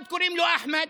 אחד קוראים לו אחמד,